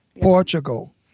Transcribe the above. Portugal